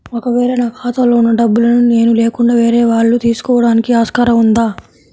ఒక వేళ నా ఖాతాలో వున్న డబ్బులను నేను లేకుండా వేరే వాళ్ళు తీసుకోవడానికి ఆస్కారం ఉందా?